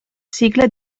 sigla